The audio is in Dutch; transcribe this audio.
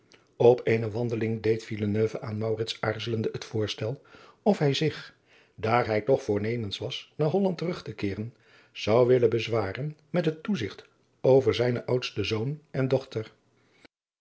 op eene wandeling deed villeneuve aan maurits aarzelenadriaan loosjes pzn het leven van maurits lijnslager de het voorstel of hij zich daar hij toch voornemens was naar holland terug te keeren zou willen bezwaren met het toezigt over zijnen ou sten zoon en dochter